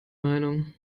meinung